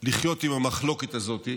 לחיות עם המחלוקת הזאת,